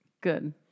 Good